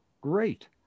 Great